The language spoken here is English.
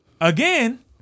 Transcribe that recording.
again